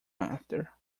after